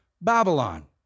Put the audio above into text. Babylon